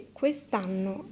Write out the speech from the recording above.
quest'anno